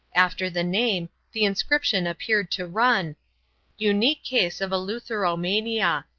after the name, the inscription appeared to run unique case of eleutheromania.